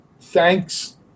thanks